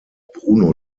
bruno